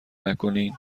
نکنین